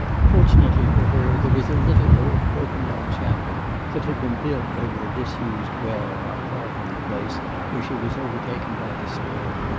fortunately for her, there was a little old broken-down chapel that had been built over a disused well not far from the place where she was overtaken by the storm.